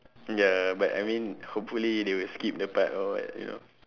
ya but I mean hopefully they will skip the part or what you know